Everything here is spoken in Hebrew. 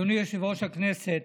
אדוני יושב-ראש הכנסת,